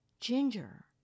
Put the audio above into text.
Ginger